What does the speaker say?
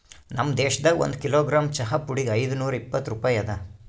ನಮ್ ದೇಶದಾಗ್ ಒಂದು ಕಿಲೋಗ್ರಾಮ್ ಚಹಾ ಪುಡಿಗ್ ಐದು ನೂರಾ ಇಪ್ಪತ್ತು ರೂಪಾಯಿ ಅದಾ